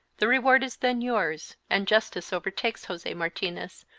the reward is then yours, and justice overtakes jose martinez,